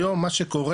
היום מה שקורה,